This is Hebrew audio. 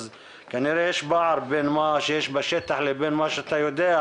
כנראה יש פער בין מה שיש בשטח לבין מה שאתה יודע,